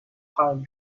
pine